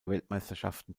weltmeisterschaften